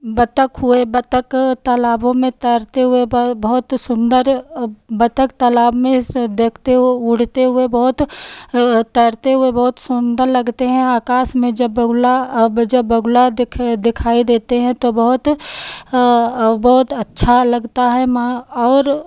बतख हुए बतख तालाबों में तैरते हुए बहुत सुन्दर बतख तालाब में देखते हो उड़ते हुए बहुत तैरते हुए बहुत सुन्दर लगते हैं आकाश में जब बगुला अब जब बगुला देख दिखाई देते हैं तो बहुत बहुत अच्छा लगता है मा और